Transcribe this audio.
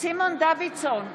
סימון דוידסון,